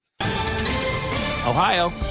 Ohio